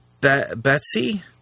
Betsy